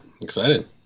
excited